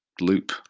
loop